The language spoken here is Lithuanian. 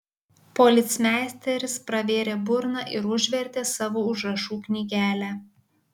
policmeisteris pravėrė burną ir užvertė savo užrašų knygelę